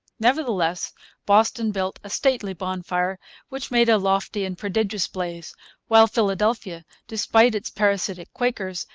nevertheless boston built a stately bonfire which made a lofty and prodigious blaze while philadelphia, despite its parasitic quakers,